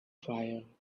fire